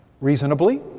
reasonably